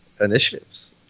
initiatives